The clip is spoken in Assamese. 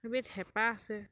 এবিধ হেপা আছে